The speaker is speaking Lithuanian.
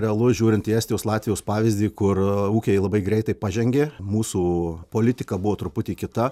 realu žiūrint į estijos latvijos pavyzdį kur ūkiai labai greitai pažengė mūsų politika buvo truputį kita